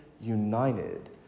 united